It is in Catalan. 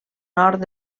nord